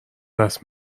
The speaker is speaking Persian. دست